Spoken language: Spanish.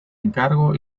encargo